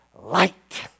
light